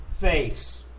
face